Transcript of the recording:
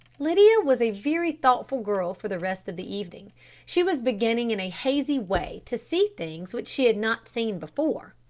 lydia was a very thoughtful girl for the rest of the evening she was beginning in a hazy way to see things which she had not seen before.